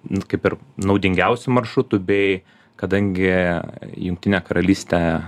nu kaip ir naudingiausių maršrutų bei kadangi jungtinė karalystė